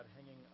hanging